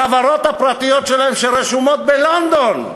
החברות הפרטיות שלהם, שרשומות בלונדון,